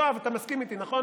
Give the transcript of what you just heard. יואב, אתה מסכים איתי, נכון?